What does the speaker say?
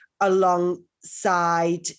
alongside